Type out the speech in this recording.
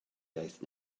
iaith